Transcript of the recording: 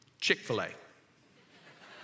Chick-fil-A